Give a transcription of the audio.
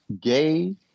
gay